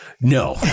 No